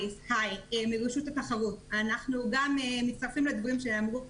גם אנחנו מצטרפים לדברים שאמרו כאן.